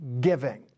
giving